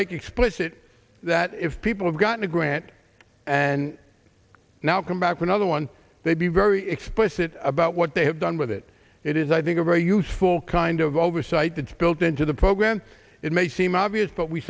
make explicit that if people have gotten a grant and now come back for another one they be very explicit about what they have done with it it is i think a very useful kind of oversight that's built into the program it may seem obvious but we